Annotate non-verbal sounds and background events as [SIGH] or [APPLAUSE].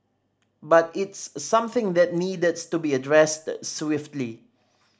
but it's something that needed [UNINTELLIGIBLE] to be addressed swiftly